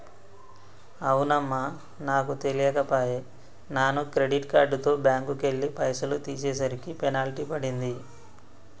అవునమ్మా నాకు తెలియక పోయే నాను క్రెడిట్ కార్డుతో బ్యాంకుకెళ్లి పైసలు తీసేసరికి పెనాల్టీ పడింది